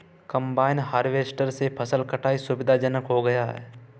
combine harvester से फसल कटाई सुविधाजनक हो गया है